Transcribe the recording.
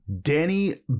Danny